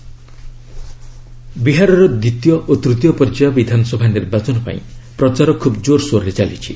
Bihar election ବିହାରର ଦ୍ୱିତୀୟ ଓ ତୂତୀୟ ପର୍ଯ୍ୟାୟ ବିଧାନସଭା ନିର୍ବାଚନ ପାଇଁ ପ୍ରଚାର ଖୁବ୍ କୋରସୋରରେ ଚାଲିଛି